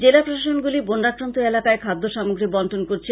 জেলা প্রশাসনগুলি বন্যাক্রন্ত এলাকায় খাদ্য সামগ্রী বন্টন করছে